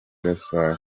gasabo